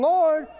Lord